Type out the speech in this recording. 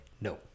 no